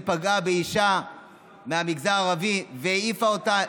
פגעה באישה מהמגזר הערבי והעיפה אותה,